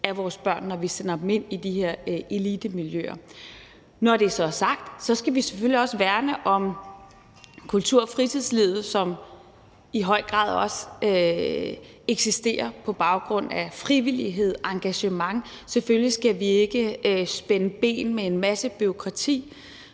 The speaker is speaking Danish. af vores børn, når vi sender dem ind i de her elitemiljøer. Når det så er sagt, skal vi selvfølgelig også værne om kultur- og fritidslivet, som i høj grad også eksisterer på baggrund af frivillighed og engagement. Selvfølgelig skal vi ikke spænde ben med en masse bureaukrati,